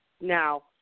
Now